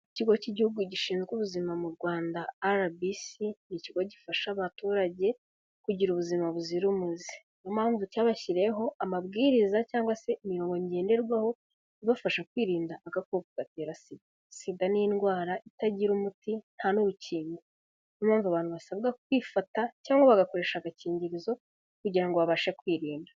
Ikigo cy'Igihugu gishinzwe ubuzima mu Rwanda RBC, ni ikigo gifasha abaturage, kugira ubuzima buzira umuze. Ni yo mpamvu cyabashyiriyeho amabwiriza cyangwa se imirongo ngenderwaho, ibafasha kwirinda agakoko gatera SIDA. SIDA ni indwara itagira umuti nta n'urukingo. Ni yo mpamvu abantu basabwa kwifata cyangwa bagakoresha agakingirizo, kugira ngo babashe kwirinda.